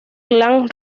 glam